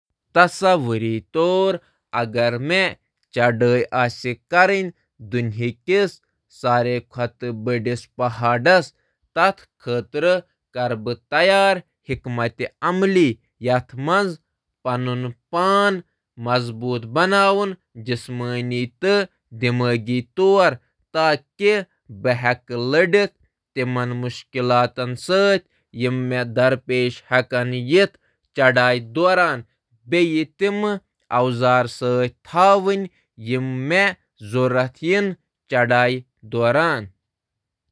تصور کٔرِو، مےٚ چُھ زمینس پیٹھ ساروی کھوتہٕ تھود پہاڑس پیٹھ کھسُن۔ بہٕ کَرٕ اکھ منصوٗبہٕ تیار، بہٕ کَرٕ پنُن پان جسمٲنی تہٕ ذحنی طور تیار تہٕ تِم چیٖز نِوان، امہِ سۭتۍ میلہِ مےٚ ساروِی کھۄتہٕ تھدِس پہاڑس پٮ۪ٹھ کھسنس منٛز مدد۔